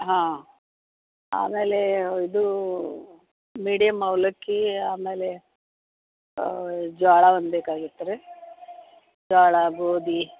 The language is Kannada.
ಹಾಂ ಆಮೇಲೇ ಇದು ಮೀಡಿಯಮ್ ಅವಲಕ್ಕಿ ಆಮೇಲೆ ಜೋಳ ಒಂದು ಬೇಕಾಗಿತ್ತು ರೀ ಜೋಳ ಗೋಧಿ